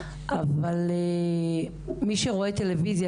אבל מי שרואה טלוויזיה,